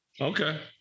Okay